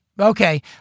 Okay